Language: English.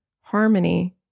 harmony